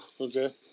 okay